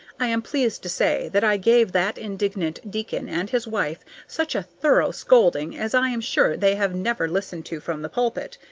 i am pleased to say that i gave that indignant deacon and his wife such a thorough scolding as i am sure they have never listened to from the pulpit.